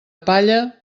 palla